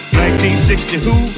1960-who